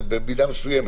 במידה מסוימת.